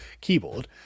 keyboard